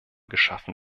geschaffen